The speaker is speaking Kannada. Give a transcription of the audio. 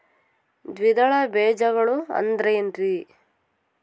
ದ್ವಿದಳ ಬೇಜಗಳು ಅಂದರೇನ್ರಿ?